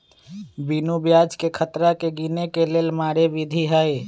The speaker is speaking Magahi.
बिनु ब्याजकें खतरा के गिने के लेल मारे विधी हइ